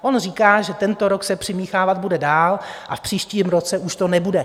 On říká, že tento rok se přimíchávat bude dál a v příštím roce už to nebude.